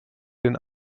den